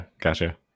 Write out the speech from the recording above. gotcha